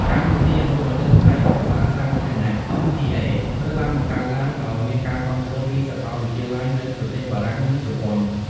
កម្មវិធីអនុបណ្ឌិតផ្នែករដ្ឋបាលសាធារណៈMPA ត្រូវបានបង្កើតឡើងដោយមានការគាំទ្រពីសកលវិទ្យាល័យនៅប្រទេសបារាំង និងជប៉ុន។